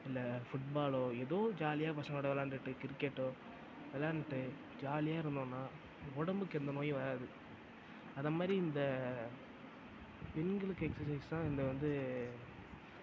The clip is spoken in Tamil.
இல்லை ஃபுட்பாலோ ஏதோ ஜாலியாக பசங்களோட விளையாண்டுட்டு கிரிக்கெட்டோ விளையாண்டுட்டு ஜாலியாக இருந்தோம்னா உடம்புக்கு எந்த நோயும் வராது அது மாதிரி இந்த பெண்களுக்கு எக்ஸஸைஸ் தான் இந்த வந்து